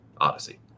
odyssey